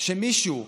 שמישהו באזרחות,